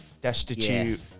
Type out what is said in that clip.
destitute